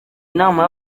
inama